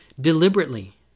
deliberately